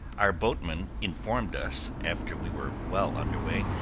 our boatman informed us, after we were well under way,